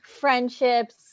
friendships